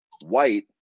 white